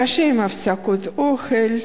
קשה עם הפסקות אוכל,